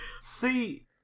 See